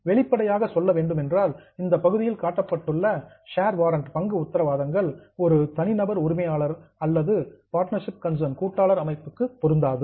வெளிப்படையாக சொல்ல வேண்டுமென்றால் இந்த சி பகுதியில் கட்டப்பட்டுள்ள ஷேர் வாரன்ட்ஸ் பங்கு உத்தரவாதங்கள் ஒரு புரோபிரைடர்ரி கன்சர்ன் தனிநபர் உரிமையாளர் அல்லது பார்ட்னர்ஷிப் கன்சர்ன் கூட்டாளர் அமைப்புக்கு பொருந்தாது